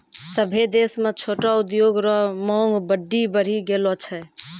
सभ्भे देश म छोटो उद्योग रो मांग बड्डी बढ़ी गेलो छै